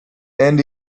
and